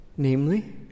Namely